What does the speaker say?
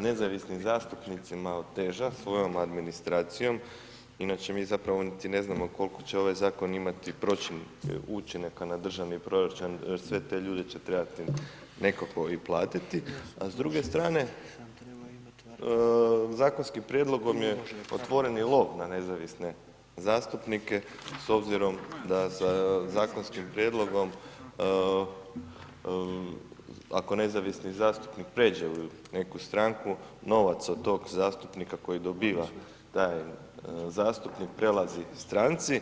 nezavisni zastupnicima oteža svojoj administracijom, inače mi zapravo niti ne znamo koliko će ovaj zakon imati učinaka na državni proračun jer sve te ljude će trebati nekako i platiti, a s druge strane zakonski prijedlog vam je otvoreni lov na nezavisne zastupnike s obzirom da se zakonskim prijedlogom, ako nezavisni zastupnik pređe u neku stranku novac od tog zastupnika koji dobiva taj zastupnik prelazi stranci.